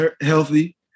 healthy